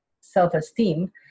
self-esteem